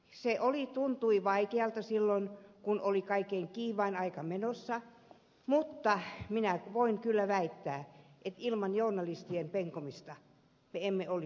se tuntui vaikealta silloin kun oli kaikkein kiivain aika menossa mutta minä voin kyllä väittää että ilman journalistien penkomista me emme olisi tässä